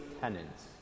tenants